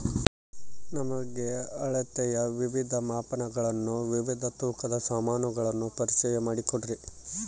ನಮಗೆ ಅಳತೆಯ ವಿವಿಧ ಮಾಪನಗಳನ್ನು ವಿವಿಧ ತೂಕದ ಸಾಮಾನುಗಳನ್ನು ಪರಿಚಯ ಮಾಡಿಕೊಡ್ರಿ?